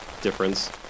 Difference